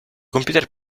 computer